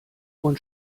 und